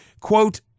Quote